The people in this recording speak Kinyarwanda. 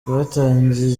twatangiye